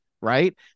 right